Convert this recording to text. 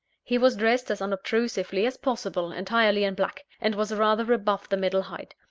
he was dressed as unobtrusively as possible, entirely in black and was rather above the middle height.